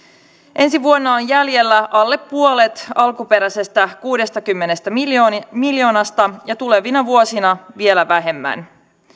ensi vuonna on jäljellä alle puolet alkuperäisestä kuudestakymmenestä miljoonasta ja tulevina vuosina vielä vähemmän